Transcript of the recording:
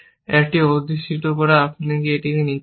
একটি অধিষ্ঠিত করা আপনি একটি নিতে হবে